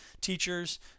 teachers